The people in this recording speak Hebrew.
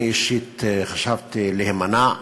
אני אישית חשבתי להימנע,